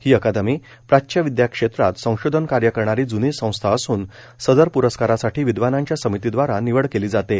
ही अकादमी प्राच्यविद्याक्षेत्रात संशोधनकार्य करणारी जुनी संस्था असून सदर प्रस्कारासाठी विद्वानांच्या समितीद्वारा निवड केली जाते